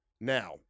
now